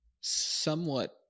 somewhat